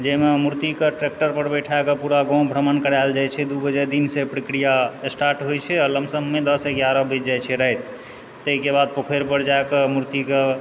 जाहिमे मूर्तिकेँ ट्रेक्टर पर बैठाके पूरा गाँव भ्रमण कराओल जाइ छै दू बजे दिनसँ इ प्रक्रिया स्टार्ट होइत छै आ लमसममे दस एगारह बाजि जाइत छै राति ताहिके बाद पोखरि पर जाके मूर्तिक